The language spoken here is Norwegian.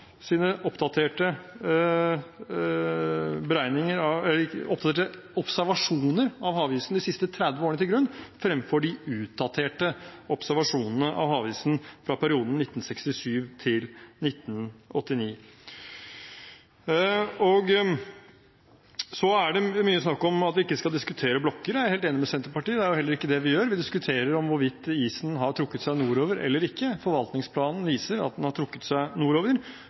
sine oppdaterte observasjoner av havisen de siste 30 årene til grunn fremfor de utdaterte observasjonene av havisen fra perioden 1967–1989? Det er mye snakk om at vi ikke skal diskutere blokker. Jeg er helt enig med Senterpartiet – det er heller ikke det vi gjør. Vi diskuterer hvorvidt isen har trukket seg nordover eller ikke. Forvaltningsplanen viser at den har trukket seg nordover,